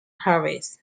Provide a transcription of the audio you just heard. harris